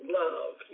love